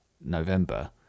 November